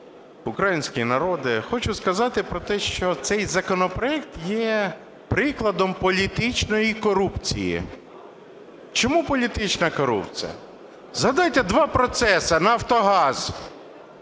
український народе, хочу сказати про те, що цей законопроект є прикладом політичної корупції. Чому політична корупція? Згадайте два процеси. Нафтогаз